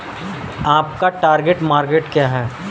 आपका target market क्या है?